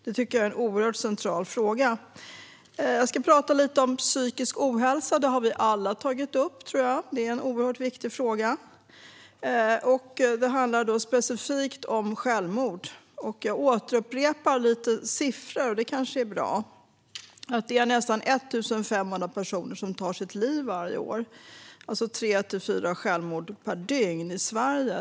Det är en oerhört central fråga. Jag ska prata lite om psykisk ohälsa. Det är en oerhört viktig fråga som jag tror att vi alla har tagit upp. Det handlar specifikt om självmord. Jag återupprepar lite siffor. Det kanske är bra. Det är nästan 1 500 personer som tar sitt liv varje år, alltså tre till fyra självmord per dygn i Sverige.